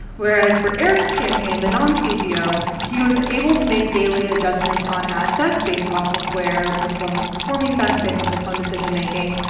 whereas for eric's campaign the non-cbo, he was able to make daily adjustments on ad sets based off of where which one was performing best, based off his own decision making.